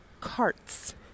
carts